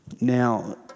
Now